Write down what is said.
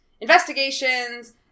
investigations